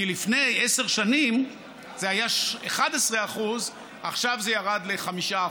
כי לפני עשר שנים זה היה 11% ועכשיו זה ירד ל-5%,